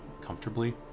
comfortably